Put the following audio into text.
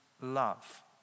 love